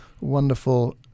Wonderful